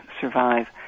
survive